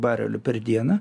barelių per dieną